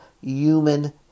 human